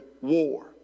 war